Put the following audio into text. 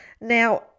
Now